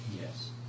Yes